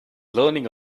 learning